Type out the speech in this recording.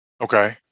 Okay